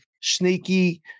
sneaky